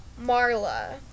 Marla